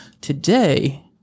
Today